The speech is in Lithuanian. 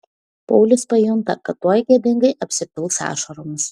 paulius pajunta kad tuoj gėdingai apsipils ašaromis